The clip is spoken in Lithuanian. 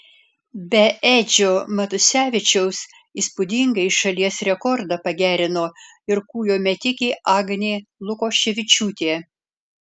be edžio matusevičiaus įspūdingai šalies rekordą pagerino ir kūjo metikė agnė lukoševičiūtė